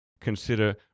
consider